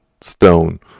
stone